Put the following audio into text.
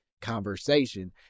conversation